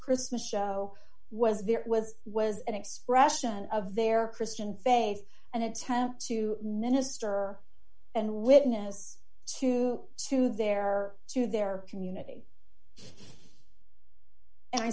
christmas show was there was was an expression of their christian faith an attempt to minister and witness to to their or to their community and i